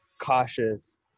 cautious